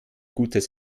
gutes